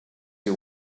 you